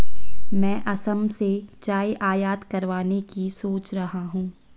मैं असम से चाय आयात करवाने की सोच रहा हूं